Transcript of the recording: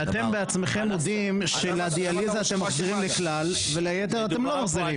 אתם בעצמכם מודים שלדיאליזה אתם מחזירית בכלל וליתר אתם לא מחזירים.